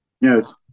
yes